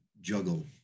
juggle